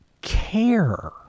care